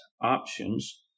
options